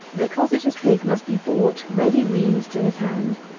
the cottager's pig must be bought ready weaned to his hand,